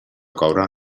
coure